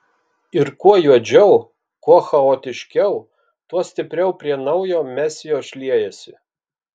ir kuo juodžiau kuo chaotiškiau tuo stipriau prie naujo mesijo šliejasi